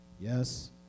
Yes